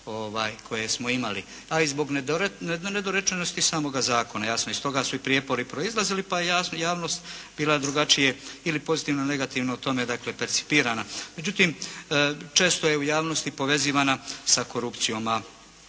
koje smo imali, a i zbog nedorečenosti samoga zakona. Jasno i stoga su i prijepori proizlazili, pa je javnost bila drugačije ili pozitivno ili negativno o tome dakle percipirana. Međutim, često je u javnosti povezivana sa korupcijama.